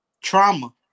Trauma